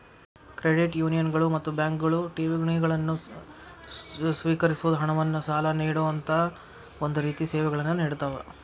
credit ಯೂನಿಯನ್ಗಳು ಮತ್ತ ಬ್ಯಾಂಕ್ಗಳು ಠೇವಣಿಗಳನ್ನ ಸ್ವೇಕರಿಸೊದ್, ಹಣವನ್ನ್ ಸಾಲ ನೇಡೊಅಂತಾ ಒಂದ ರೇತಿ ಸೇವೆಗಳನ್ನ ನೇಡತಾವ